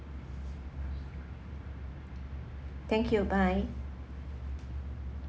thank you bye